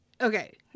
okay